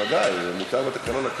זה מותר בתקנון?